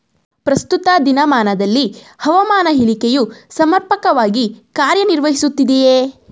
ಪ್ರಸ್ತುತ ದಿನಮಾನದಲ್ಲಿ ಹವಾಮಾನ ಇಲಾಖೆಯು ಸಮರ್ಪಕವಾಗಿ ಕಾರ್ಯ ನಿರ್ವಹಿಸುತ್ತಿದೆಯೇ?